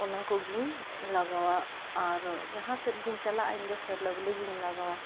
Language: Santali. ᱚᱱᱟᱠᱚᱜᱮᱧ ᱞᱟᱜᱟᱣᱟ ᱟᱨ ᱡᱟᱦᱟᱸ ᱥᱮᱫᱜᱮᱧ ᱪᱟᱞᱟᱜ ᱤᱧᱫᱚ ᱯᱷᱮᱭᱟᱨ ᱞᱟᱵᱷᱞᱤᱜᱮᱧ ᱞᱟᱜᱟᱣᱟ